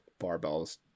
barbells